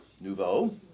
nouveau